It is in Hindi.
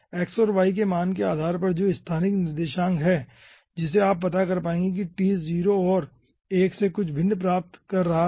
x और y के मानों के आधार पर जो स्थानिक निर्देशांक है जिसे आप पता कर पाएंगे कि t 0 और 1 से कुछ भिन्न मान प्राप्त कर रहा है